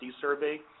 survey